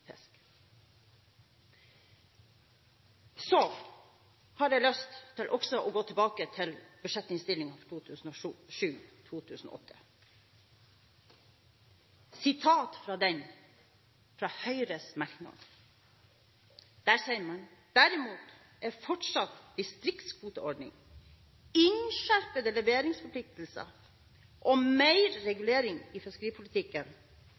Så har jeg lyst til å gå tilbake til Budsjett-innst. S. nr. 8 for 2007–2008, til et sitat fra Høyres merknader, der man sier: «Derimot er fortsatt distriktskvote, innskjerpede leveringsforpliktelser og mer regulering i fiskeripolitikken